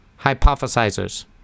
hypothesizers